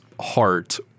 heart